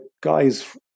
guys